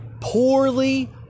poorly